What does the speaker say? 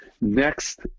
next